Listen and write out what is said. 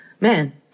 man